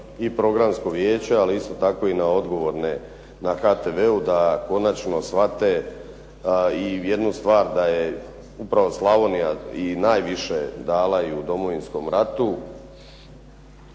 na programsko vijeće ali isto tako na odgovorne na HTV-u da konačno shvate i jednu stvar da je upravo Slavonija i najviše dala i u Domovinskom ratu